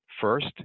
first